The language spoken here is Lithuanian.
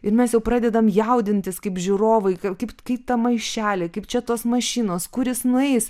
ir mes jau pradedam jaudintis kaip žiūrovai kaip kaip tą maišelį kaip čia tos mašinos kur jis nueis